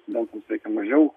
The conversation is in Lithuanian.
studentams reikia mažiau